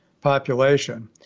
population